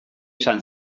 esan